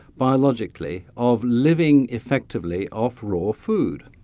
biologically, of living effectively off raw food.